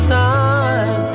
time